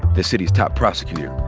the city's top prosecutor.